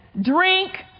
drink